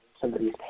somebody's